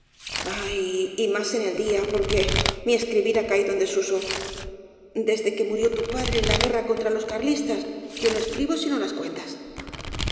ay y más en el día por que mi escribir ha caído'en desuso desde que mu rió tu padre en la guerra contra los carlistas yo no escribo sino las cuentas